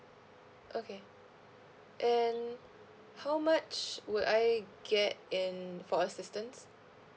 okay and how much would I get in for assistance